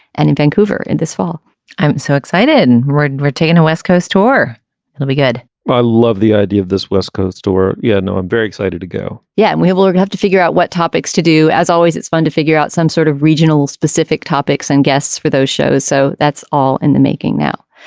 and in vancouver and this fall i'm so excited and read and retain a west coast tour and i'll be good i love the idea of this west coast or you yeah know i'm very excited to go yeah and we will will have to figure out what topics to do. as always it's fun to figure out some sort of regional specific topics and guests for those shows. so that's all in the making now.